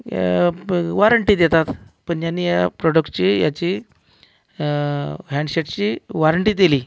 warranty देतात पण यांनी या प्रॉडक्टची ह्याची हँडसेटची वॉरंटी दिली